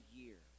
year